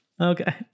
Okay